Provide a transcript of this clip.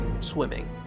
swimming